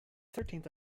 thirteenth